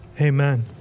amen